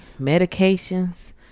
medications